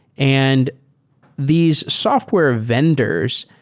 and these software vendors,